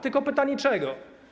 Tylko pytanie: Czego?